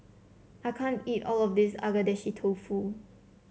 I can't eat all of this Agedashi Dofu